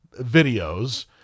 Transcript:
videos